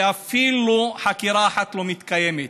ואפילו חקירה אחת לא מתקיימת,